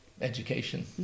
education